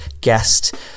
guest